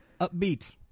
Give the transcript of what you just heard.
upbeat